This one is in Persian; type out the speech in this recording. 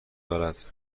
دارد